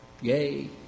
Yay